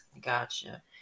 Gotcha